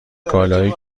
کالاهایی